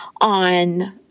on